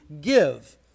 give